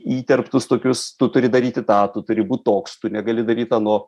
įterptus tokius tu turi daryti tą tu turi būt toks tu negali daryt ano